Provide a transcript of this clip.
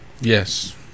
Yes